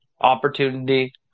opportunity